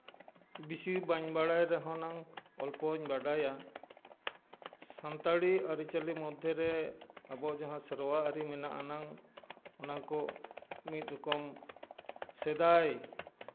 ᱵᱮᱥᱤ ᱵᱟᱹᱧ ᱵᱟᱲᱟᱭ ᱨᱮᱦᱚᱸ ᱱᱟᱝ ᱚᱞᱯᱚᱧ ᱵᱟᱰᱟᱭᱟ ᱥᱟᱱᱛᱟᱲᱤ ᱟᱹᱨᱤᱪᱟᱹᱞᱤ ᱢᱚᱫᱽᱫᱷᱮ ᱨᱮ ᱟᱵᱚ ᱡᱟᱦᱟᱸ ᱥᱮᱨᱣᱟ ᱟᱹᱨᱤ ᱢᱮᱱᱟᱜ ᱟᱱᱟᱝ ᱚᱱᱟ ᱠᱚ ᱢᱤᱫ ᱨᱚᱠᱚᱢ ᱥᱮᱫᱟᱭ